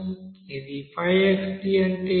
ఇక్కడ 5xD అంటే ఏమిటి